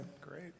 great